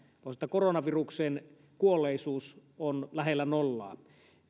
koronavirukseen kuolleisuus on lähellä nollaa